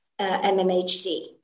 MMHC